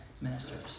ministers